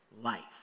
life